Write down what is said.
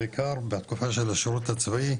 בעיקר בתקופה של השירות הצבאי,